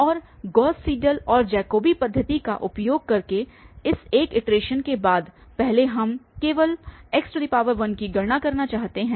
और Gauss Seidel और Jacobi पद्धति का उपयोग करके इस एक इटरेशन के बाद पहले हम केवल x1 की गणना करना चाहते हैं